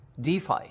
DeFi